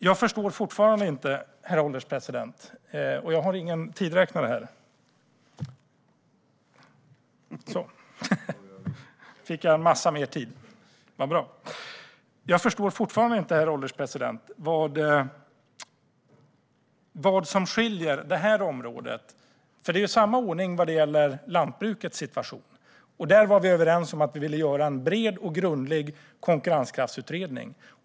Jag förstår fortfarande inte, herr ålderspresident, vad som skiljer det här området från lantbruket. Vad gäller lantbrukets situation var vi överens om att göra en bred och grundlig konkurrenskraftsutredning.